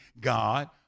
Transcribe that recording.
God